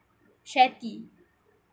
share tea